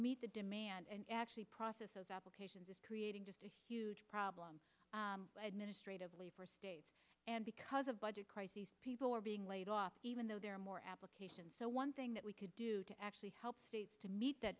meet the demand and actually process those applications is creating just a huge problem ministre to state and because of budget crises people are being laid off even though there are more applications so one thing that we could do to actually help states to meet that